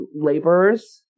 laborers